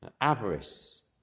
Avarice